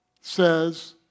says